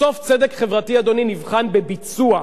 בסוף צדק חברתי, אדוני, נבחן בביצוע.